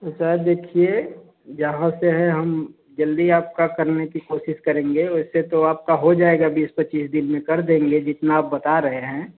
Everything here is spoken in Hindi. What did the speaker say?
ऐसा है देखिए यहाँ से है हम जल्दी आपका करने की कोशिश करेंगे वैसे तो आपका हो जाएगा बीस पच्चीस दिन में कर देंगे जितना आप बता रहे हैं